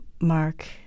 Mark